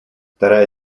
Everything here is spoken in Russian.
вторая